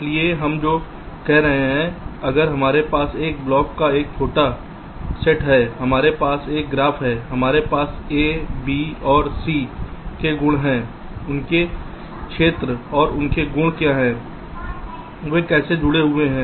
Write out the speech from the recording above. इसलिए हम जो कह रहे हैं अगर हमारे पास ब्लॉक का एक छोटा सेट है हमारे पास एक ग्राफ है हमारे पास a b और c के गुण हैं उनके क्षेत्र और उनके गुण क्या हैं वे कैसे जुड़े हुए हैं